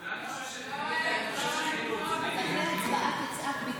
אז אחרי הצבעה תצעק: ביקורת,